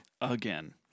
Again